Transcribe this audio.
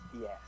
yes